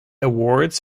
awards